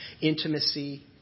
intimacy